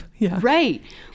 right